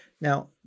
Now